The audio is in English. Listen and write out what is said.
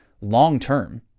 long-term